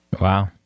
Wow